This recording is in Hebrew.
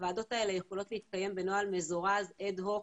הוועדות האלה יכולות להתקיים בנוהל מזורז אד הוק,